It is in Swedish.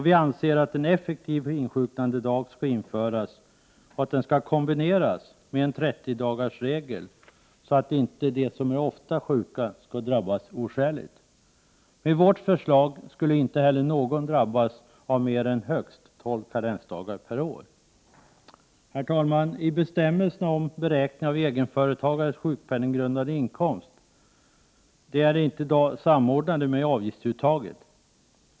Vi anser att en effektiv insjuknandedag skall införas och att den skall kombineras med en 30-dagarsregel, så att inte de som ofta är sjuka skall drabbas oskäligt hårt. Med vårt förslag skulle inte heller någon drabbas av mer än högst 12 karensdagar per år. Herr talman! Bestämmelserna om beräkning av egenföretagarens sjukpenninggrundande inkomst är i dag inte samordnade med avgiftsuttaget.